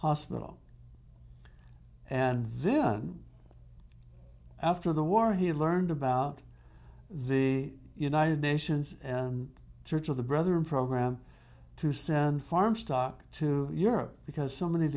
hospital and then after the war he learned about the united nations and church of the brother in program to send farm stock to europe because so many of